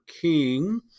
King